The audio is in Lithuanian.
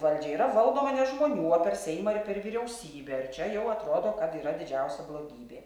valdžią yra valdoma ne žmonių o per seimą ir per vyriausybę ir čia jau atrodo kad yra didžiausia blogybė